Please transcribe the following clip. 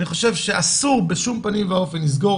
אני חושב שאסור בשום פנים ואופן לסגור